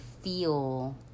feel